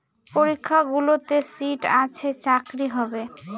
পরীক্ষাগুলোতে সিট আছে চাকরি হবে